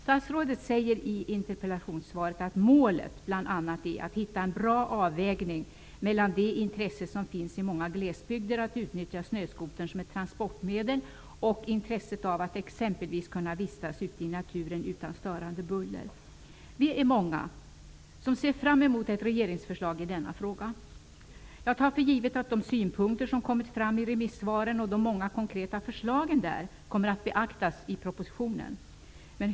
Statsrådet säger i interpellationssvaret att målet bl.a. är att hitta en bra avvägning mellan det intresse som finns i många glesbygder att utnyttja snöskotern som ett transportmedel och intresset av att exempelvis kunna vistas ute i naturen utan störande buller. Vi är många som ser fram emot ett regeringsförslag i denna fråga. Jag tar för givet att de synpunkter som kommit fram i remissvaren och de många konkreta förslagen där kommer att beaktas i propositionen.